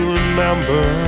remember